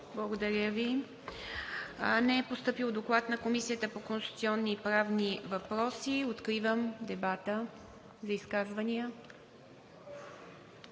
Благодаря Ви. Не е постъпил доклад на Комисията по конституционни и правни въпроси. Откривам дебата за изказвания.